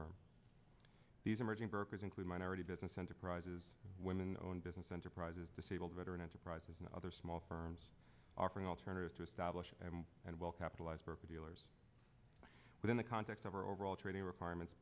firm these emerging brokers include minority business enterprises women owned business enterprises disabled veteran enterprises and other small firms offering alternatives to establish and well capitalized perpendiculars within the context of our overall training requirements